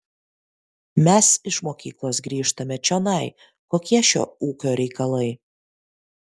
mes iš mokyklos grįžtame čionai kokie šio ūkio reikalai